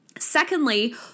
Secondly